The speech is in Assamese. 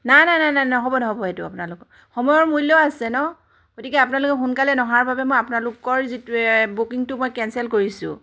না না না না নহ'ব নহ'ব সেইটো আপোনালোকৰ সময়ৰ মূল্য আছে ন গতিকে আপোনালোকে সোনকালে নহাৰ বাবে মই আপোনালোকৰ যিটো বুকিংটো মই কেঞ্চেল কৰিছোঁ